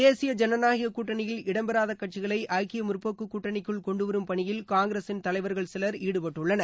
தேசிய ஜனநாயகக் கூட்டணியில் இடம் பெறாத கட்சிகளை ஐக்கிய முற்போக்கு கூட்டணிக்குள் கொண்டுவரும் பணியில் காங்கிரசின் தலைவர்கள் சிலர் ஈடுபட்டுள்ளனர்